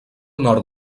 nord